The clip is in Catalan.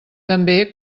també